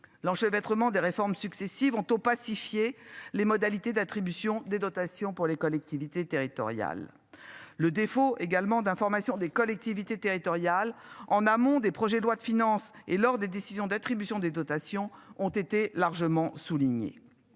l'enchevêtre ment des réformes successives ont opacifiés. Les modalités d'attribution des dotations pour les collectivités territoriales le défaut également d'information des collectivités territoriales en amont des projets de loi de finances et lors des décisions d'attribution des dotations ont été largement souligné.